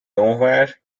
nowhere